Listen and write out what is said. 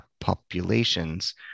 populations